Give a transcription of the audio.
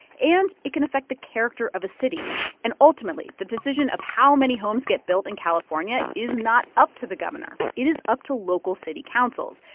and it can affect the character of a city and ultimately, the decision of how many homes get built in california is not up to the governor. it is up to local city councils.